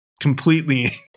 completely